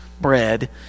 bread